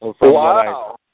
Wow